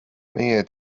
meie